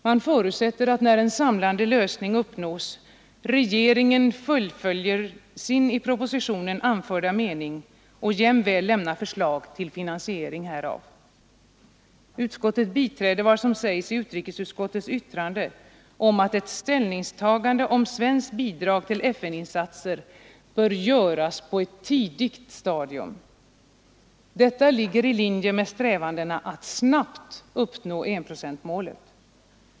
Man förutsätter att när en samlande lösning uppnås, regeringen fullföljer sin i propositionen anförda mening och jämväl lämnar förslag till finansieringen härav. Utskottet biträder vad som sägs i utrikesutskottets yttrande om att ett ställningstagande om svenskt bidrag till FN-insatser bör göras på ett tidigt stadium. Detta ligger i linje med strävandena att snabbt uppnå enprocentsmålet.